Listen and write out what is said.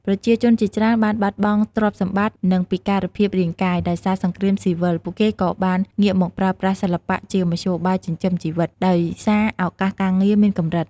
ប្រជាជនជាច្រើនបានបាត់បង់ទ្រព្យសម្បត្តិ និងពិការភាពរាងកាយ ដោយសារសង្គ្រាមស៊ីវិល ពួកគេក៏បានងាកមកប្រើប្រាស់សិល្បៈជាមធ្យោបាយចិញ្ចឹមជីវិត ដោយសារឱកាសការងារមានកម្រិត។